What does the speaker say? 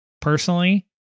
Personally